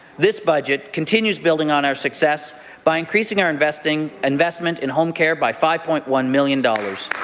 this budget continues building on our success by increasing our investment investment in home care by five point one million dollars.